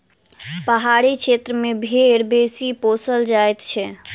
पहाड़ी क्षेत्र मे भेंड़ बेसी पोसल जाइत छै